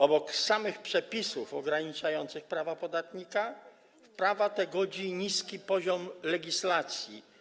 Obok przepisów ograniczających prawa podatnika w prawa te godzi niski poziom legislacji.